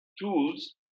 tools